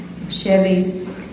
Chevys